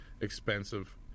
expensive